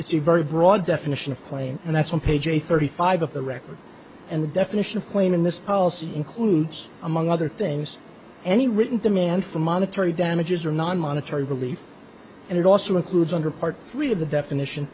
it's a very broad definition of claim and that's on page eight thirty five of the record and the definition of claim in this policy includes among other things any written demand for monetary damages or non monetary relief and it also includes under part three of the definition